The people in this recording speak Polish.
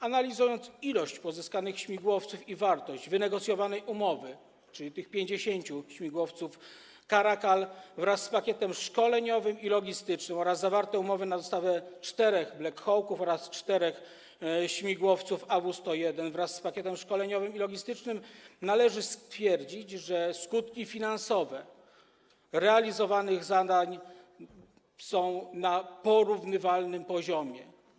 Analizując ilość pozyskanych śmigłowców i wartość wynegocjowanej umowy, czyli tych 50 śmigłowców Caracal wraz z pakietem szkoleniowym i logistycznym, oraz zawarte umowy na dostawę czterech Black Hawk-ów oraz czterech śmigłowców AW101 wraz z pakietem szkoleniowym i logistycznym, należy stwierdzić, że skutki finansowe realizowanych zadań są na porównywalnym poziomie.